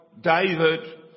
David